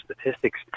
statistics